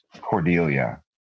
Cordelia